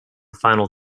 final